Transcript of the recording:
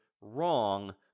wrong